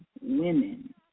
women